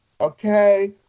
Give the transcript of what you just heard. okay